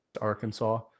Arkansas